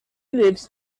lives